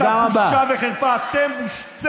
שום דבר לא עניין אתכם,